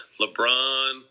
LeBron